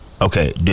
Okay